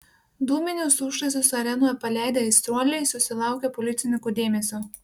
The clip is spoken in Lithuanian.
dūminius užtaisus arenoje paleidę aistruoliai susilaukia policininkų dėmesio